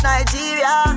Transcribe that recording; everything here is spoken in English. Nigeria